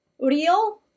real